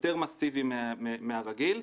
יותר מסיבי מהרגיל,